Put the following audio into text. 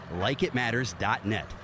LikeItMatters.net